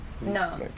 No